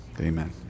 Amen